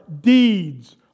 deeds